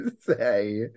say